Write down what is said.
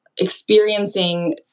experiencing